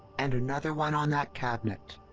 and another one on that cabinet.